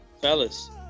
fellas